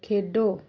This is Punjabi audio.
ਖੇਡੋ